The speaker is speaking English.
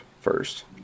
first